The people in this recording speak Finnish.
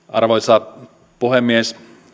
arvoisa puhemies